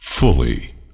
fully